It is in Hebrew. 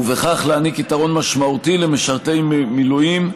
ובכך להעניק יתרון משמעותי למשרתי מילואים,